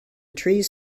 trees